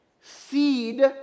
Seed